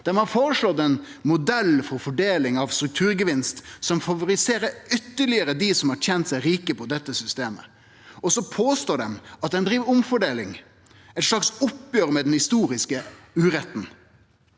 Dei har føreslått ein modell for fordeling av strukturgevinst som ytterlegare favoriserer dei som har tent seg rike på dette systemet, og så påstår dei at ein driv omfordeling, eit slags oppgjer med den historiske uretten.